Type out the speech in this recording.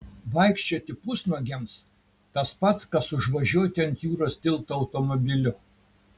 vaikščioti pusnuogiams tas pats kas užvažiuoti ant jūros tilto automobiliu